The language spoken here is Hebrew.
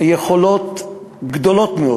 יכולות גדולות מאוד